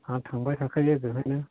आं थांबाय थाखायो बेवहायनो